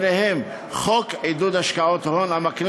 ובהם חוק לעידוד השקעות הון המקנה